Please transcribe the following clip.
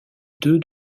deux